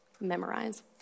Memorize